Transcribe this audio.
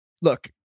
look